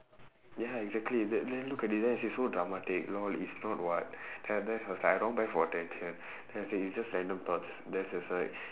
ya exactly then then look at this then I say so dramatic LOL it's not [what] then then it's like I don't want beg for attention then I said it's just random thoughts then she was like